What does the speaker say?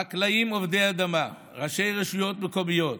חקלאים עובדי אדמה, ראשי רשויות מקומיות,